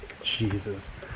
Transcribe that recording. jesus